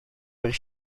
where